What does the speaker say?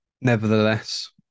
nevertheless